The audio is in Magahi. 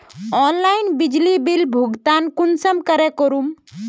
ऑनलाइन बिजली बिल भुगतान कुंसम करे करूम?